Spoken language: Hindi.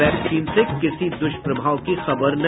वैक्सीन से किसी दुष्प्रभाव की खबर नहीं